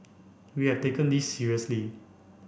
we have taken this seriously